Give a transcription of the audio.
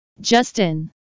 Justin